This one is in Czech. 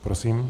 Prosím.